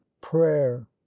Prayer